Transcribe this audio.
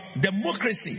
democracy